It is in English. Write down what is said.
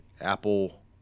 Apple